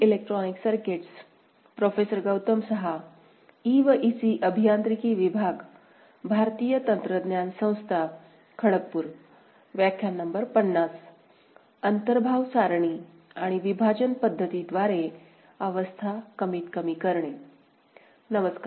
नमस्कार